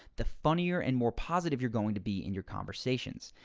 the funnier and more positive you're going to be in your conversations.